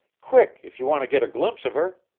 quick, if you want to get a glimpse of her!